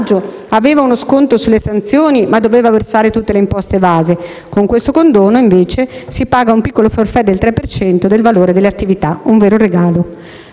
del monitoraggio aveva uno sconto sulle sanzioni, ma doveva versare tutte le imposte evase. Con questo condono invece si paga un piccolo *forfait* del 3 per cento del valore delle attività: un vero regalo.